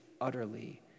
utterly